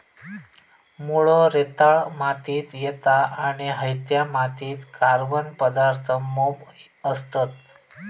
मुळो रेताळ मातीत येता आणि हयत्या मातीत कार्बन पदार्थ मोप असतत